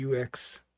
UX